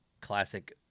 classic